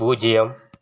பூஜ்ஜியம்